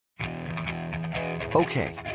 Okay